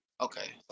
Okay